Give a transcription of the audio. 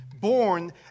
born